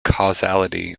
causality